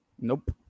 Nope